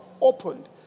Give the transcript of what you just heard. Opened